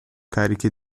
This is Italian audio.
cariche